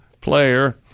player